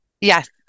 Yes